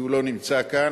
כי הוא לא נמצא כאן,